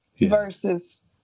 versus